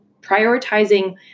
prioritizing